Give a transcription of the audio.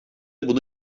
bunu